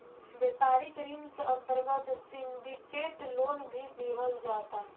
व्यापारिक ऋण के अंतर्गत सिंडिकेट लोन भी दीहल जाता